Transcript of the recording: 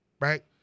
right